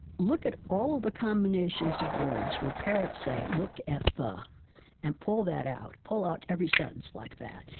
look at all the combinations of words where parents say, look at the and pull that out. pull out every sentence like that,